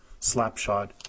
Slapshot